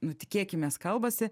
nu tikėkimės kalbasi